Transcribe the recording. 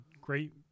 great